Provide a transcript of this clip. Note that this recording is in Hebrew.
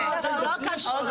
לא, זה לא קשור.